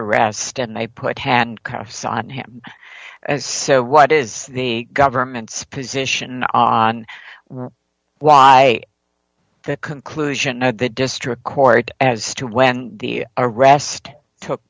arrest and i put handcuffs on him so what is the government's position on why the conclusion of the district court as to when the arrest took